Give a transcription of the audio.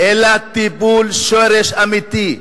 אלא טיפול שורש אמיתי.